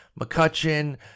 McCutcheon